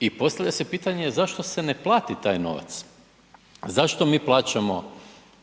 I postavlja se pitanje zašto se ne plati taj novac. Zašto mi plaćamo